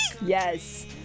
Yes